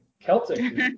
Celtic